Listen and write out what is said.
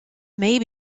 maybe